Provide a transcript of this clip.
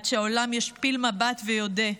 עד שהעולם ישפיל מבט ויודה: